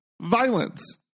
violence